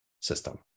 system